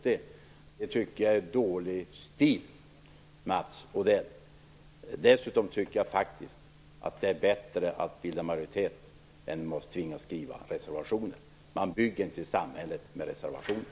Det tycker jag är dålig stil, Jag tycker faktiskt att det är bättre att bilda majoritet än att tvingas skriva reservationer. Man bygger inte ett samhälle på reservationer.